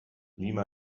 lima